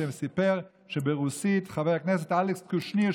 שסיפר שחבר הכנסת אלכס קושניר,